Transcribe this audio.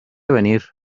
venir